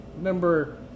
Number